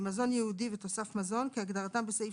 "מזון ייעודי" ו-"תוסף מזון" כהגדרתם בסעיף